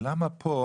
למה פה,